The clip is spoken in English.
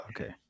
Okay